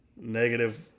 negative